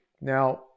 Now